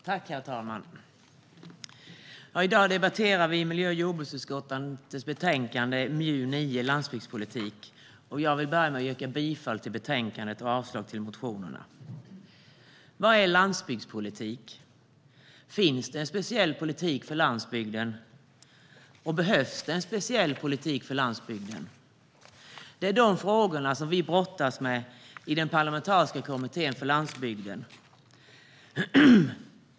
Herr talman! I dag debatterar vi miljö och jordbruksutskottets betänkande MJU9 Landsbygdspolitik , och jag vill börja med att yrka bifall till förslaget i betänkandet och avslag på motionerna. Vad är landsbygdspolitik? Finns det en speciell politik för landsbygden, och behövs det en speciell politik för landsbygden? Det är de frågor vi brottas med i den parlamentariska kommittén för landsbygden.